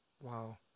Wow